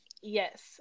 yes